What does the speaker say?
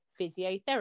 physiotherapy